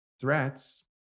threats